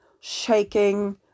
shaking